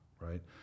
Right